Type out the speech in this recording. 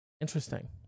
interesting